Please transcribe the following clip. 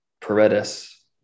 Paredes